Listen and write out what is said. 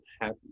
happy